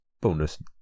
Bonus